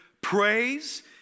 praise